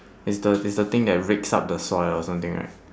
is the is the thing rakes up the soil or something right